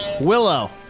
Willow